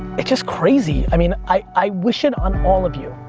it's just crazy. i mean, i wish it on all of you.